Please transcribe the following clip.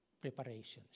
preparations